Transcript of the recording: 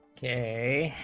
k